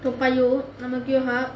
toa payoh ang mo kio hub